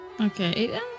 Okay